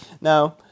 Now